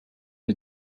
die